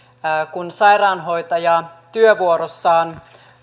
kun sairaanhoitaja työvuorossaan